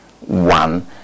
one